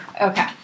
Okay